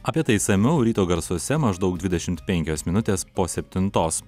apie tai išsamiau ryto garsuose maždaug dvidešimt penkios minutės po septintos